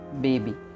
baby